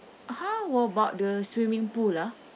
how about the swimming pool ah